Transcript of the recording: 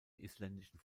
isländischen